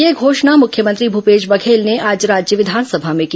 यह घोषणा मुख्यमंत्री भूपेश बघेल ने आज राज्य विधानसभा में की